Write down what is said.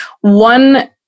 one